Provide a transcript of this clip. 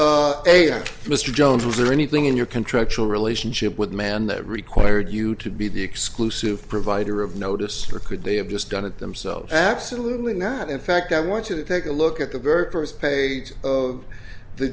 a mr jones was there anything in your contractual relationship with man that required you to be the exclusive provider of notice or could they have just done it themselves absolutely not in fact i want you to take a look at the very first page of the